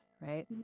right